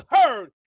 heard